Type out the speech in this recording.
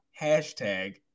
hashtag